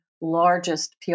largest